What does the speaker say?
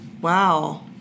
wow